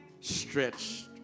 stretched